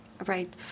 Right